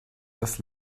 das